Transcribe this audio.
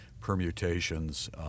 permutations